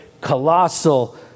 colossal